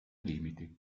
limiti